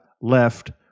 left